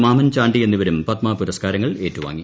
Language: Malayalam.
മാമൻ ചാണ്ടി എന്നിവരും പത്മ പുരസ്കാരങ്ങൾ ഏറ്റുവാങ്ങി